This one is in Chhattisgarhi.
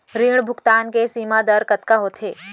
ऋण भुगतान के सीमा दर कतका होथे?